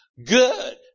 Good